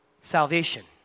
Salvation